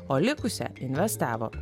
o likusią investavo